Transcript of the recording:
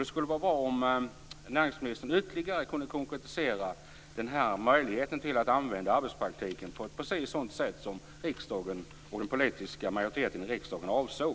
Det skulle vara bra om näringsministern ytterligare kunde konkretisera möjligheten att använda arbetspraktik på precis det sätt som den politiska majoriteten i riksdagen avsåg.